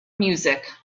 music